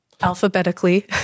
Alphabetically